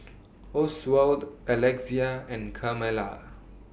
Oswald Alexia and Carmella